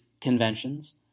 conventions